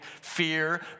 fear